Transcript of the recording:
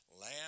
Lamb